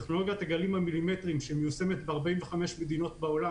טכנולוגיית גלים מילימטריים שמיושמת ב-45 מדינות בעולם